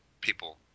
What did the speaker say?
people